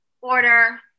order